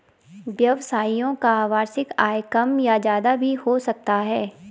व्यवसायियों का वार्षिक आय कम या ज्यादा भी हो सकता है